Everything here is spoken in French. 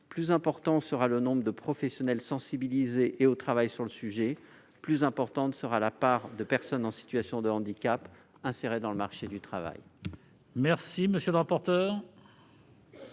Plus important sera le nombre de professionnels, sensibilisés et au travail sur le sujet, plus importante sera la part de personnes en situation de handicap insérées dans le marché du travail.